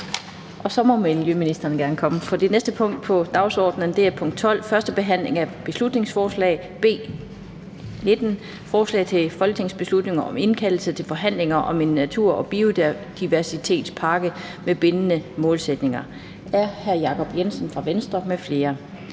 som vedtaget. Det er vedtaget. --- Det næste punkt på dagsordenen er: 12) 1. behandling af beslutningsforslag nr. B 19: Forslag til folketingsbeslutning om indkaldelse til forhandlinger om en natur- og biodiversitetspakke med bindende målsætninger. Af Jacob Jensen (V) m.fl.